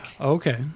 Okay